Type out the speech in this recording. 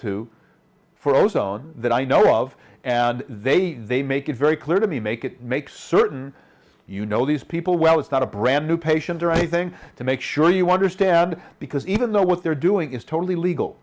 to for ozone that i know of and they they make it very clear to me make it make certain you know these people well it's not a brand new patient or a thing to make sure you want to stab because even though what they're doing is totally legal